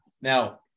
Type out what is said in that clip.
now